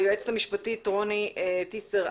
היועצת המשפטית רוני טיסר,